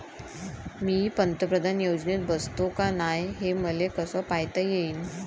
मी पंतप्रधान योजनेत बसतो का नाय, हे मले कस पायता येईन?